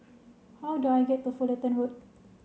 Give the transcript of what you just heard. how do I get to Fullerton Road